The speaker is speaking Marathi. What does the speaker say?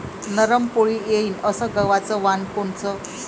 नरम पोळी येईन अस गवाचं वान कोनचं?